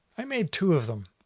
i made two of them.